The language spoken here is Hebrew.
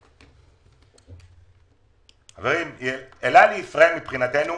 אל על ישראל מבחינתנו,